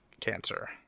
cancer